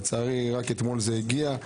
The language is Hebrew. לצערי, רק אתמול זה הגיע.